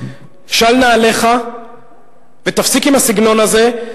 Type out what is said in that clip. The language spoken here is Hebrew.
של נעליך ותפסיק עם הסגנון הזה,